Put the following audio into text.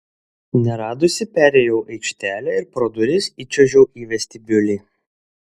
neradusi perėjau aikštelę ir pro duris įčiuožiau į vestibiulį